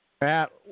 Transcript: Matt